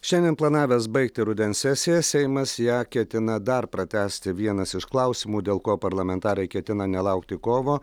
šiandien planavęs baigti rudens sesiją seimas ją ketina dar pratęsti vienas iš klausimų dėl ko parlamentarai ketina nelaukti kovo